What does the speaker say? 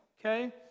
okay